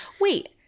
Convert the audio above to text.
Wait